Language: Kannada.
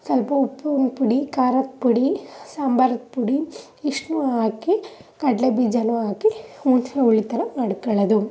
ಸ್ವಲ್ಪ ಉಪ್ಪಿನ ಪುಡಿ ಖಾರದ ಪುಡಿ ಸಾಂಬಾರಿದ್ದು ಪುಡಿ ಇಷ್ಟನ್ನೂ ಹಾಕಿ ಕಡಲೆಡ್ಲೆಬೀಜನೂ ಹಾಕಿ ಹುಣಸೆ ಹುಳಿ ಥರ ಮಾಡ್ಕೊಳ್ಳೋದು